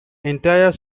entire